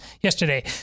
yesterday